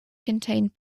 contained